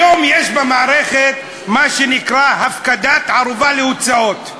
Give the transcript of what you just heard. היום יש במערכת מה שנקרא הפקדת ערובה להוצאות,